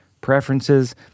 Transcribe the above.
preferences